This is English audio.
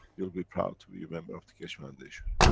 you'll be proud to be a member of the keshe foundation.